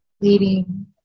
leading